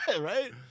Right